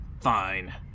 Fine